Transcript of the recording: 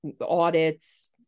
audits